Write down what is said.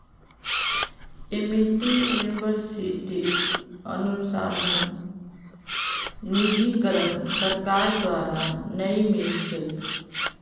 Amity यूनिवर्सिटीत अनुसंधान निधीकरण सरकार द्वारा नइ मिल छेक